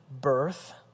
birth